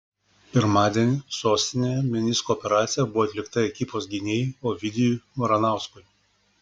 pirmadienį sostinėje menisko operacija buvo atlikta ekipos gynėjui ovidijui varanauskui